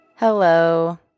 Hello